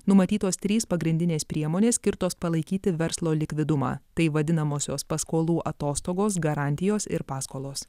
numatytos trys pagrindinės priemonės skirtos palaikyti verslo likvidumą tai vadinamosios paskolų atostogos garantijos ir paskolos